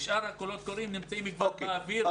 שאר הקולות קוראים נמצאים כבר באוויר.